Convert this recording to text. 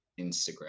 Instagram